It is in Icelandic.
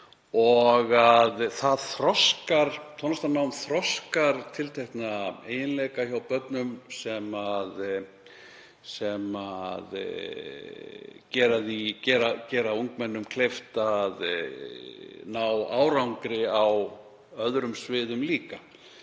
forvarnagildi. Tónlistarnám þroskar tiltekna eiginleika hjá börnum sem gera ungmennum kleift að ná árangri á öðrum sviðum líka.